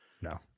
No